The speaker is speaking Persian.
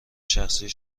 شخصی